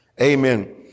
Amen